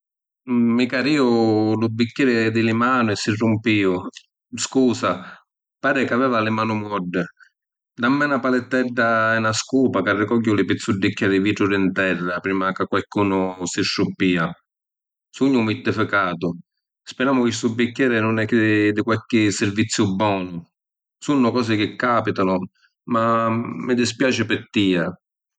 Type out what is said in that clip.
Mi cadìu lu biccheri di li manu e si rumpìu. Scusa, pari c’aveva li manu moddi. Dammi na palittedda e na scupa c’arricogghiu li pizzuddicchi di vitru di ‘n terra, prima ca qualcunu si struppia. Sugnu murtificatu, spiramu chi stu biccheri nun è di qualchi sirvizziu bonu. Sunnu cosi chi capitanu, ma mi dispiaci pi tia.